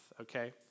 okay